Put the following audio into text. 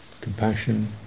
compassion